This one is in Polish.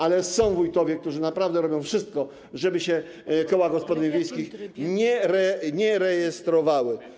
Ale są wójtowie, którzy naprawdę robią wszystko, żeby się koła gospodyń wiejskich nie rejestrowały.